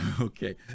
Okay